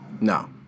no